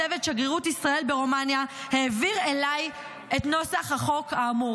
צוות שגרירות ישראל ברומניה העביר אליי את נוסח החוק האמור.